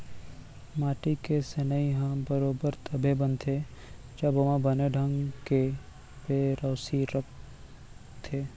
माटी के सनई ह बरोबर तभे बनथे जब ओमा बने ढंग के पेरौसी रइथे